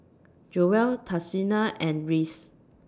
Joell Tashina and Rhys